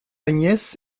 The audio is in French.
agnès